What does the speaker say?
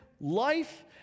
life